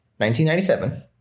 1997